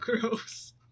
gross